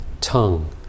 tongue